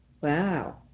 Wow